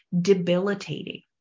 debilitating